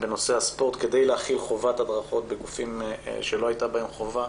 בנושא הספורט כדי להחיל חובת הדרכות בגופים שלא היתה בהם חובה.